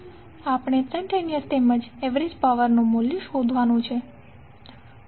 આપણે ઇંસ્ટંટેનીઅસ તેમજ average power નું મૂલ્ય શોધવાનું છે